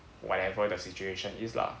whatever the situation is lah